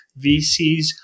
VCs